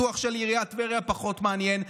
הפיתוח של עיריית טבריה פחות מעניין,